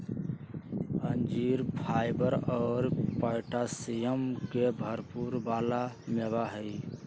अंजीर फाइबर और पोटैशियम के भरपुर वाला मेवा हई